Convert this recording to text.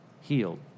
healed